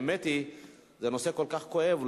האמת היא שזה נושא כל כך כואב.